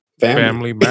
Family